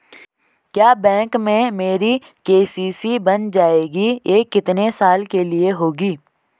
क्या बैंक में मेरी के.सी.सी बन जाएगी ये कितने साल के लिए होगी?